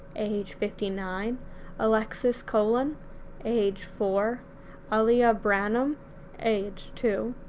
age fifty nine alexis colon age four aliyah branum age two